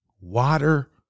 water